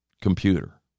computer